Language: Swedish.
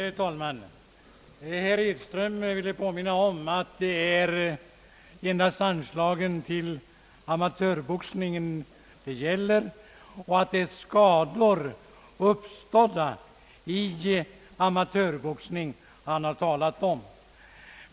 Herr talman! Herr Edström ville påminna om att det endast är anslaget till amatörboxningen det gäller, och herr Edström talade om skador som uppstått vid amatörboxning.